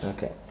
Okay